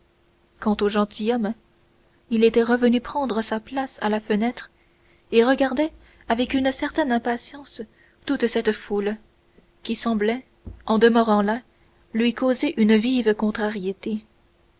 quant au gentilhomme il était revenu prendre sa place à la fenêtre et regardait avec une certaine impatience toute cette foule qui semblait en demeurant là lui causer une vive contrariété